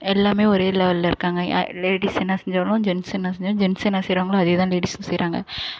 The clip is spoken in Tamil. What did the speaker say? எல்லாமே ஒரே லெவலில் இருக்காங்க லேடிஸ் என்ன செஞ்சாலும் ஜென்ஸ் என்ன செஞ்சாலும் ஜென்ஸ் என்ன செய்கிறாங்களோ அதே தான் லேடிசும் செய்கிறாங்க